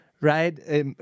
right